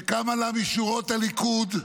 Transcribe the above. שקמה לה משורות הליכוד,